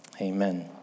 Amen